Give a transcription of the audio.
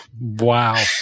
Wow